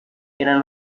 eran